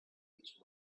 each